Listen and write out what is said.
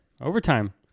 Overtime